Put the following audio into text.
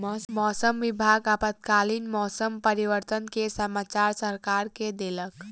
मौसम विभाग आपातकालीन मौसम परिवर्तन के समाचार सरकार के देलक